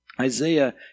Isaiah